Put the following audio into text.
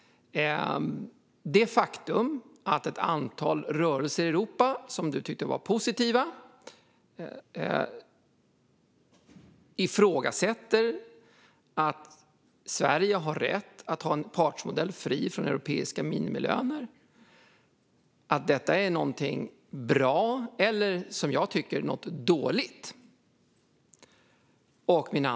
Det faktum att ett antal rörelser i Europa, som Ali Esbati tycker är positiva, ifrågasätter att Sverige har rätt att ha en partsmodell fri från europeiska minimilöner, är det bra eller, som jag tycker, dåligt?